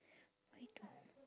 why don't